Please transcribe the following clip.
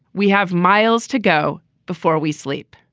we have miles to go before we sleep.